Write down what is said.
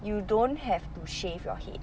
you don't have to shave your head